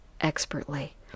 expertly